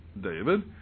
David